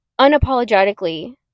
unapologetically